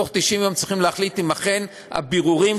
בתוך 90 יום צריכים להחליט אם אכן הבירורים